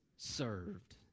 served